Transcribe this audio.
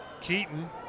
Keaton